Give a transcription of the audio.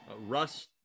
Russ